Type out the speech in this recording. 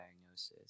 diagnosis